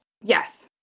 Yes